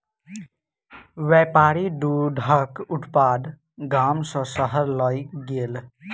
व्यापारी दूधक उत्पाद गाम सॅ शहर लय गेल